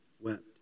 wept